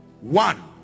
One